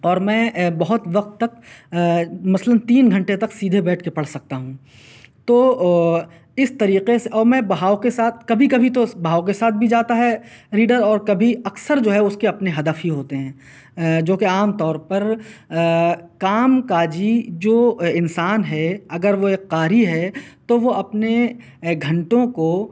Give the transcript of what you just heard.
اور میں بہت وقت تک مثلًا تین گھنٹے تک سیدھے بیٹھ کے پڑھ سکتا ہوں تو اِس طریقے سے اور میں بہاؤ کے ساتھ کبھی کبھی تو بہاؤ کے ساتھ بھی جاتا ہے ریڈر اور کبھی اکثر جو ہے اُس کے اپنے ہدف ہی ہوتے ہیں جو کہ عام طور پر کام کاج جو انسان ہے اگر وہ ایک قاری ہے تو وہ اپنے گھنٹوں کو